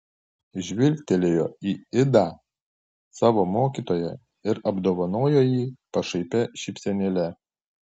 žvilgtelėjo į idą savo mokytoją ir apdovanojo jį pašaipia šypsenėle